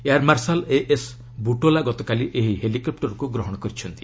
air marshal A ବୁଟୋଲା ଗତକାଲି ଏହି ହେଲିକପ୍ଟରକୁ ଗ୍ରହଣ କରିଛନ୍ତି